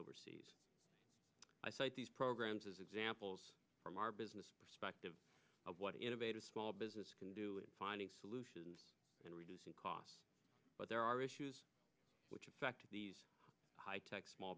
overseas i cite these programs as examples from our business perspective of what innovative small business can do in finding solutions and reducing costs but there are issues which affect these high tech small